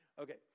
Okay